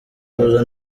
kuza